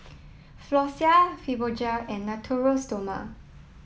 Floxia Fibogel and Natura Stoma